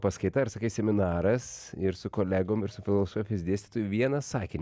paskaita ar sakai seminaras ir su kolegom ir su filosofijos dėstytoju vieną sakinį